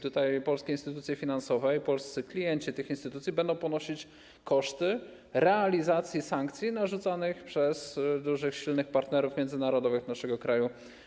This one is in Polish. Tutaj polskie instytucje finansowe i polscy klienci tych instytucji będą ponosić koszty realizacji sankcji narzucanych przez dużych, silnych partnerów międzynarodowych naszego kraju.